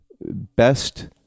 best